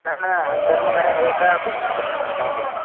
न न कर्मकरः एकः अपेक्ष्यते तावदेव